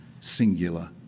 singular